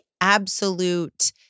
absolute